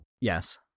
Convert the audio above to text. Yes